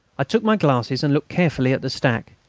i took my glasses and looked carefully at the stack.